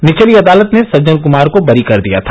निचली अदालत ने सज्जन क्मार को बरी कर दिया था